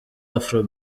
afro